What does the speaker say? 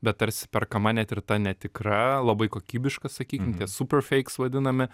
bet tarsi perkama net ir ta netikra labai kokybiškas sakykim ties super feiks vadinami